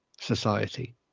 society